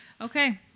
okay